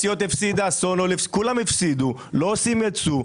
לא עושים ייצוא,